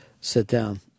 sit-down